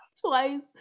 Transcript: twice